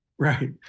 Right